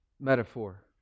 metaphor